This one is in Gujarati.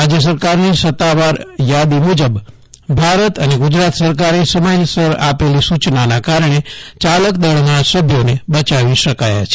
રાજ્યસરકારની સત્તાવાર યાદી મુજબ્ ભારત અને ગુજરાત સરકારે સમયસર આપેલી સુચનાના કારણે યાલકદળના બયાવી શકાયા છે